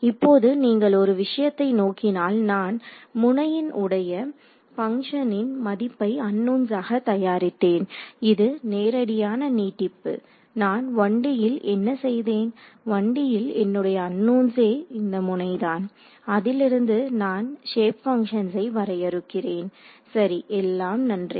இப்போது நீங்கள் ஒரு விஷயத்தை நோக்கினால் நான் முனையின் உடைய பங்க்ஷனின் மதிப்பை அன்னோன்ஸாக தயாரித்தேன் இது நேரடியான நீட்டிப்பு நான் 1D ல் என்ன செய்தேன் 1D ல் என்னுடைய அன்னோன்ஸே இந்த முனைதான் அதிலிருந்து நான் ஷேப் பங்ஷன்ஸை வரையறுக்கிறேன் சரி எல்லாம் நன்றே